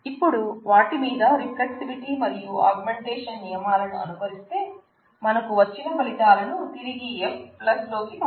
ఇపుడు వాటి మీద రిఫ్లెక్సివిటి మరియు అగ్మెంటేషన్ నియమాలను అనుకరిస్తే మనకు వచ్చిన ఫలితాలను తిరిగి F లోకి పంపిస్తాం